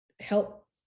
help